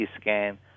scan